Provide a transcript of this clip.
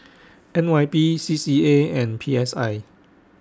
N Y P C C A and P S I